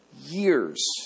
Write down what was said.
years